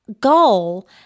goal